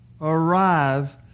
arrive